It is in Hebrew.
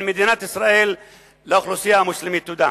מדינת ישראל לאוכלוסייה המוסלמית בישראל.